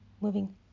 moving